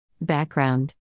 Background